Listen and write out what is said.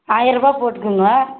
ஆயர்ரூபாய் போட்டுக்கோங்க